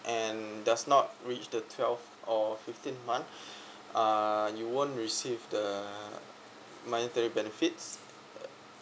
and does not reach the twelve or fifteen month uh you won't receive the monetary benefits err